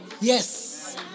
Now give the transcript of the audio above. Yes